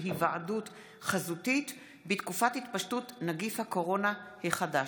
היוועדות חזותית בתקופת התפשטות נגיף הקורונה החדש.